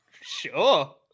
Sure